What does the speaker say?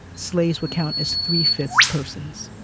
slaves would count as three-fifths persons